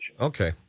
Okay